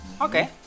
Okay